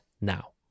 now